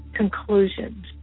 conclusions